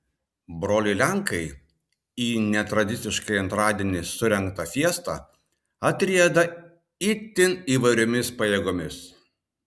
broliai lenkai į netradiciškai antradienį surengtą fiestą atrieda itin įvairiomis pajėgomis